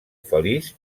feliç